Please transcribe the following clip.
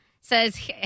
says